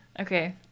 Okay